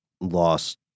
lost